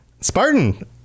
spartan